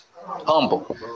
Humble